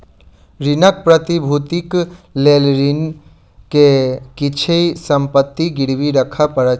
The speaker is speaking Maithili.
ऋणक प्रतिभूतिक लेल ऋणी के किछ संपत्ति गिरवी राखअ पड़ैत अछि